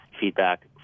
feedback